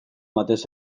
batez